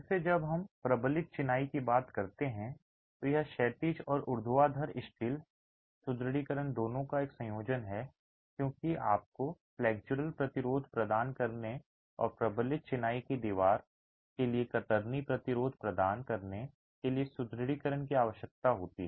फिर से जब हम प्रबलित चिनाई की बात करते हैं तो यह क्षैतिज और ऊर्ध्वाधर स्टील सुदृढीकरण दोनों का एक संयोजन है क्योंकि आपको फ्लेक्सुरल प्रतिरोध प्रदान करने और प्रबलित चिनाई की दीवार के लिए कतरनी प्रतिरोध प्रदान करने के लिए सुदृढीकरण की आवश्यकता होती है